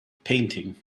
painting